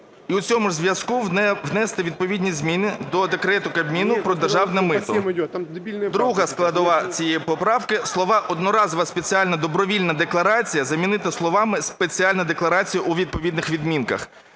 І у цьому ж зв'язку внести відповідні зміни до Декрету Кабміну "Про державне мито". Друга складова цієї поправки: слова "одноразова спеціальна добровільна декларація" замінити словами "спеціальна декларація" у відповідних відмінках.